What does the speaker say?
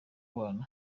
abantu